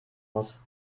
muss